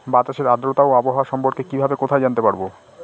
বাতাসের আর্দ্রতা ও আবহাওয়া সম্পর্কে কিভাবে কোথায় জানতে পারবো?